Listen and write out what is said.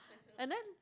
and then